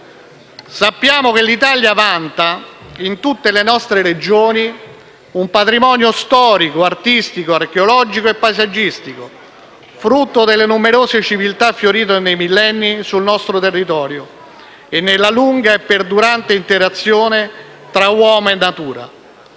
Sappiamo che l'Italia vanta, in tutte le nostre Regioni, un patrimonio storico, artistico, archeologico e paesaggistico, frutto delle numerose civiltà fiorite nei millenni sul nostro territorio e nella lunga e perdurante interazione tra uomo e natura.